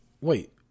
Wait